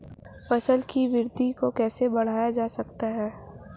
फसल की वृद्धि को कैसे बढ़ाया जाता हैं?